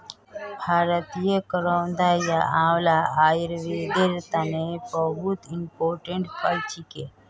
भारतीय करौदा या आंवला आयुर्वेदेर तने बहुत इंपोर्टेंट फल छिके